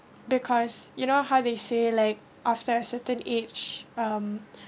because you know how they say like after a certain age um